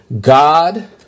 God